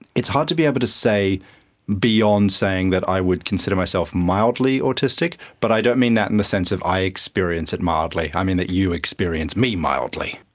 it's hard to be able to say beyond saying that i would consider myself mildly autistic but i don't mean that in the sense of i experience it mildly, i mean that you experience me mildly.